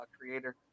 creator